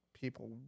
people